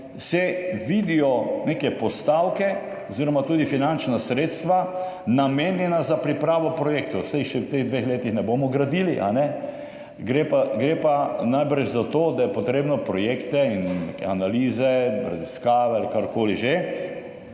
se vidijo neke postavke oziroma tudi finančna sredstva, namenjena za pripravo projektov. Saj jih še v teh dveh letih ne bomo gradili, kajne? Gre pa najbrž za to, da je treba projekte in neke analize, raziskave ali karkoli že